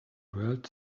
world